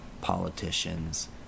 politicians